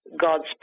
God's